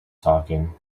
talking